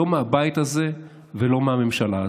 לא מהבית הזה ולא מהממשלה הזאת.